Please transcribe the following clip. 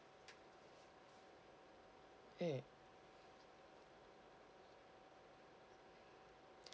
mm